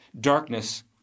darkness